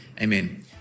Amen